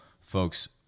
folks